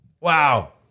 Wow